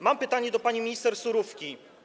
Mam pytanie do pani minister Surówki.